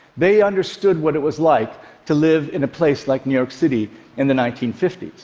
they understood what it was like to live in a place like new york city in the nineteen fifty s.